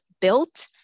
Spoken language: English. built